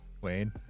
Wayne